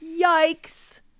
Yikes